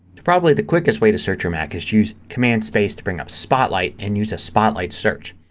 probably the quickest way to search you mac is to use command space to bring up spotlight and use a spotlight search.